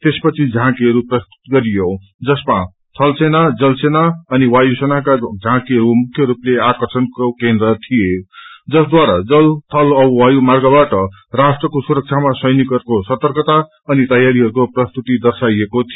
त्यपछि झाँकीहरू प्रस्तुत गरियो जसमा आर्मी नेभी अनि एर् र्रेसका झाँकीहरू मुख्य रूपले आर्कषणका केन्द्र थिए जसद्वारा जल थल औ वायु मार्गवाट राष्ट्रको सुरक्षामा सैनिकहरूको सर्तकता अनि तयारीहरूको प्रस्तुति अदर्शाइएको थियो